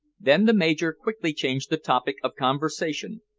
then the major quickly changed the topic of conversation,